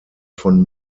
von